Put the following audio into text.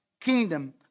kingdom